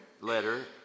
letter